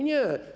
Nie.